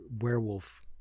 werewolf